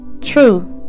true